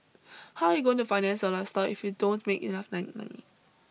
how are you going to finance your lifestyle if you don't make enough like money